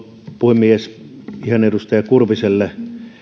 puhemies ihan edustaja kurviselle